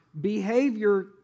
behavior